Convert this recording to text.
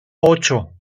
ocho